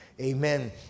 amen